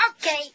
Okay